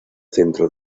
centro